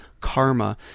karma